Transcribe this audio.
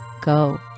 Go